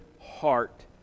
heart